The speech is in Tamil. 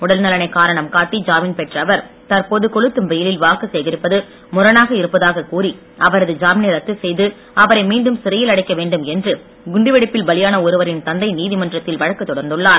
உடல்நலனைக் காரணம் காட்டி ஜாமீன் பெற்ற அவர் தற்போது கொளுத்தும் வெயிலில் வாக்கு சேகரிப்பது முரணாக இருப்பதாகக் கூறி அவரது ஜாமீனை ரத்து செய்து அவரை மீண்டும் சிறையில் அடைக்க வேண்டும் என்று குண்டுவெடிப்பில் பலியான ஒருவரின் தந்தை நீதிமன்றத்தில் வழக்கு தொடர்ந்துள்ளார்